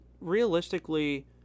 realistically